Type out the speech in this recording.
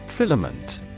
Filament